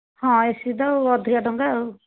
ହଁ ଏସି ତ ଆଉ ଅଧିକ ଟଙ୍କା ଆଉ